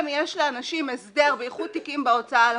יש לאנשים הסדר ואיחוד תיקים בהוצאה לפועל,